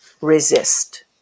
resist